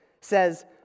says